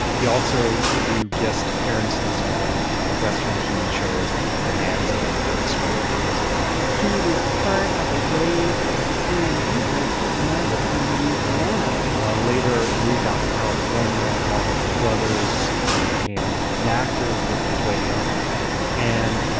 he also would do guest appearances on western tv shows like bonanza and gunsmoke and things like that he was part of a wave of sicilian immigrants that landed in louisiana later, he moved out to california, along with his brothers, and became an actor, worked his way up and,